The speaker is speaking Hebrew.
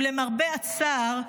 למרבה הצער,